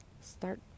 start